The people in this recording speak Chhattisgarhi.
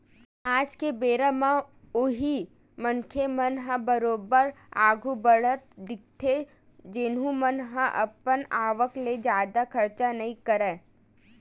आज के बेरा म उही मनखे मन ह बरोबर आघु बड़हत दिखथे जउन मन ह अपन आवक ले जादा खरचा नइ करय